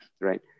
right